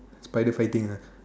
spider fighting ah